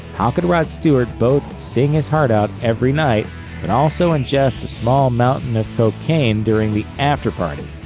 how could rod stewart both sing his heart out every night but also ingest a small mountain of cocaine during the after-party?